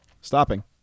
Stopping